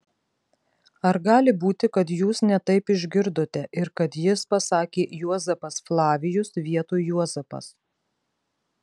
ar gali būti kad jūs ne taip išgirdote ir kad jis pasakė juozapas flavijus vietoj juozapas